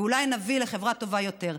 ואולי נביא לחברה טובה יותר.